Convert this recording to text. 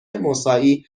مساعی